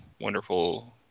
wonderful